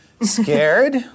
Scared